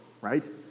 right